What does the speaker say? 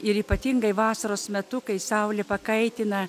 ir ypatingai vasaros metu kai saulė pakaitina